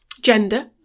Gender